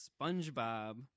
SpongeBob